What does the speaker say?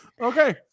Okay